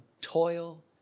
toil